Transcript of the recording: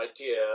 idea